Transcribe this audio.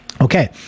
Okay